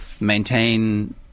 maintain